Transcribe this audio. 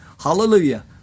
Hallelujah